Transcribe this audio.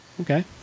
okay